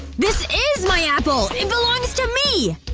this is my apple! it belongs to me!